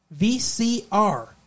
VCR